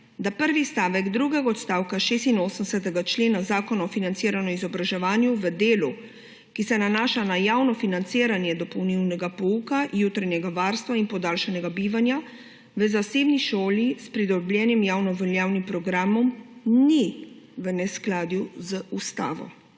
da prvi stavek drugega odstavka 86. člena Zakona o financiranju izobraževanja v delu, ki se nanaša na javno financiranje dopolnilnega pouka, jutranjega varstva in podaljšanega bivanja v zasebni šoli s pridobljenim javnoveljavnim programom, ni v neskladju z ustavo.